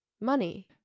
money